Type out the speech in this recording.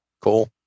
Cool